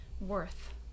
worth